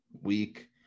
week